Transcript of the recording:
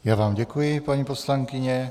Já vám děkuji, paní poslankyně.